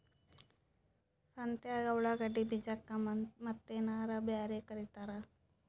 ಸಂತ್ಯಾಗ ಉಳ್ಳಾಗಡ್ಡಿ ಬೀಜಕ್ಕ ಮತ್ತೇನರ ಬ್ಯಾರೆ ಕರಿತಾರ?